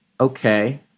Okay